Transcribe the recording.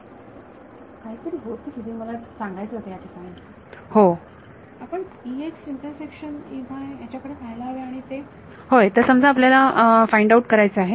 विद्यार्थी काहीतरी होते की जे मला सांगायचे होते याठिकाणी हो विद्यार्थी आपण त्याच्याकडे पाहायला हवे आणि ते होय तर समजा आपल्याला फाइंड आउट करायचे आहे